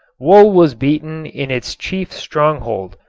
wool was beaten in its chief stronghold.